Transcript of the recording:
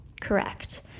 Correct